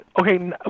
okay